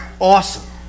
Awesome